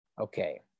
Okay